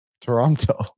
Toronto